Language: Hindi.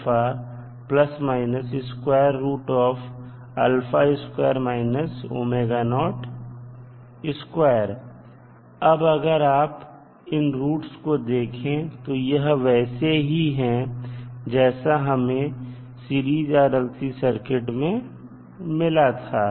अब अगर आप इन रूट्स को देखें तो यह वैसे ही हैं जैसा हमें सीरीज RLC सर्किट में मिला था